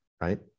right